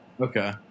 okay